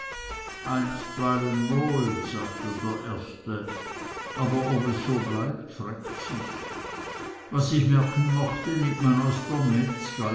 wohl sagte der erste aber ob es so bleibt frägt sich was ich merken mochte nimmt man aus der